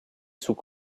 sous